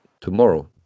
tomorrow